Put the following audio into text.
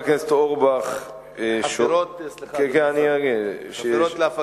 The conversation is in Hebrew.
2009): ביולי 2009 הציב המשרד להגנת הסביבה לחברות הגז